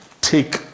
take